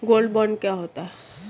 Gold bond क्या होता है?